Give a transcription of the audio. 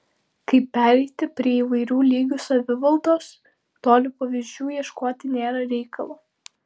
kaip pereiti prie įvairių lygių savivaldos toli pavyzdžių ieškoti nėra reikalo